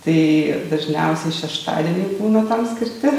tai dažniausiai šeštadieniai būna tam skirti